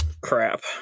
crap